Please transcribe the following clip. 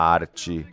arte